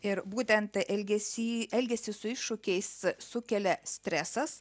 ir būtent elgesį elgesį su iššūkiais sukelia stresas